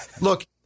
look